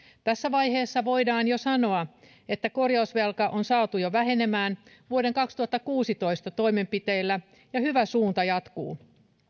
tässä vaiheessa voidaan sanoa että korjausvelka on saatu jo vähenemään vuoden kaksituhattakuusitoista toimenpiteillä ja hyvä suunta jatkuu